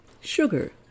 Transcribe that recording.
Sugar